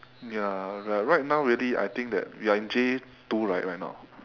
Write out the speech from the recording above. ya right now really I think that you're in J two right right now